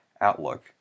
outlook